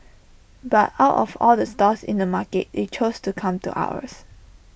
but out of all the stalls in the market they chose to come to ours